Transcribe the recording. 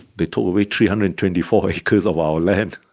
they tow-away three hundred and twenty four acres of our land,